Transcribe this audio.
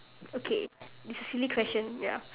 okay it's a silly question ya